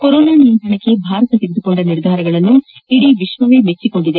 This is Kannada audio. ಕೊರೋನಾ ನಿಯಂತ್ರಣಕ್ಕೆ ಭಾರತ ತೆಗೆದುಕೊಂಡ ನಿರ್ಧಾರಗಳನ್ನು ಇಡೀ ವಿಶ್ವವೇ ಮೆಚ್ಚಿದೆ